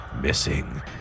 missing